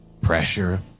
pressure